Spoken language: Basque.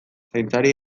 zaintzari